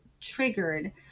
triggered